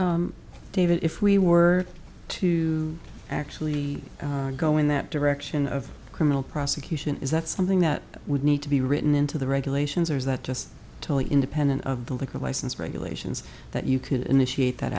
you david if we were to actually go in that direction of criminal prosecution is that something that would need to be written into the regulations or is that just totally independent of the liquor license regulations that you can initiate that